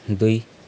दुई